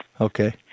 Okay